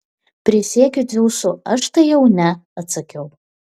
prisiekiu dzeusu aš tai jau ne atsakiau